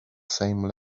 same